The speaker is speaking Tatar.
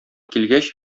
килгәч